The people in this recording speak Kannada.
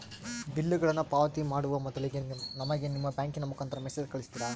ಬಿಲ್ಲುಗಳನ್ನ ಪಾವತಿ ಮಾಡುವ ಮೊದಲಿಗೆ ನಮಗೆ ನಿಮ್ಮ ಬ್ಯಾಂಕಿನ ಮುಖಾಂತರ ಮೆಸೇಜ್ ಕಳಿಸ್ತಿರಾ?